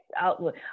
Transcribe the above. outlook